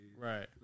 Right